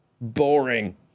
Boring